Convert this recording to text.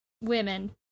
women